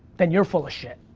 then you're full of shit,